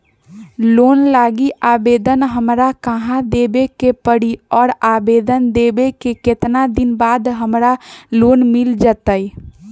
Loan लागी आवेदन हमरा कहां देवे के पड़ी और आवेदन देवे के केतना दिन बाद हमरा लोन मिल जतई?